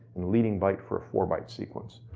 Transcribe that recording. and leading byte for four byte sequence.